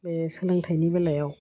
बे सोलोंथाइनि बेलायाव